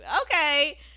Okay